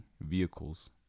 vehicles